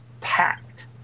packed